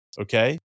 okay